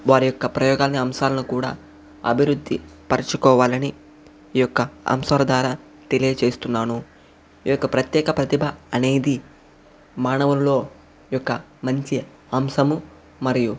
వారి యొక్క ప్రయోగాలని అంశాలను కూడా అభివృద్ధి పరచుకోవాలని ఈ యొక్క అంశాల ద్వారా తెలియచేస్తున్నాను ఈ యొక్క ప్రత్యేక ప్రతిభ అనేది మానవుల్లో ఈ యొక్క మంచి అంశం మరియు